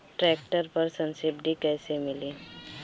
Tractor पर subsidy कैसे मिली?